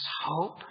hope